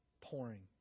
pouring